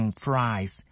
fries